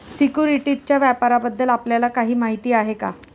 सिक्युरिटीजच्या व्यापाराबद्दल आपल्याला काही माहिती आहे का?